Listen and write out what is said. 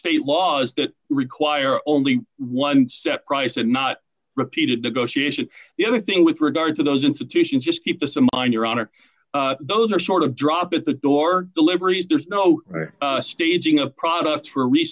state laws that require only one step price and not repeated negotiation the other thing with regard to those institutions just keep in mind your honor those are sort of drop at the door deliveries there's no staging of products